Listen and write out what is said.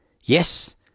Yes